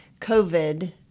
COVID